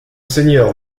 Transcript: seigneur